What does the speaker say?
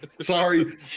Sorry